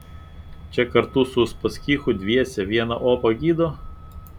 čia kartu su uspaskichu dviese vieną opą gydo